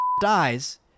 dies